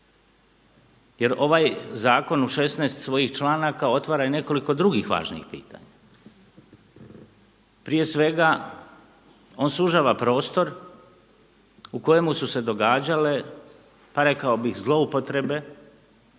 jer ovaj zakon u 16 svojih članaka otvara i nekoliko drugih važnijih pitanja. Prije svega on sužava prostor u kojemu su se događale pa rekao bih zloupotrebe